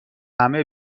همه